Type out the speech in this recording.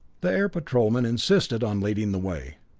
the air patrolmen insisted on leading the way.